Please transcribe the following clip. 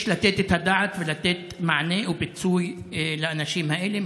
יש לתת את הדעת ולתת מענה ופיצוי לאנשים האלה.